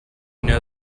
know